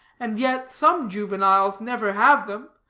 and yet some juveniles never have them,